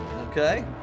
Okay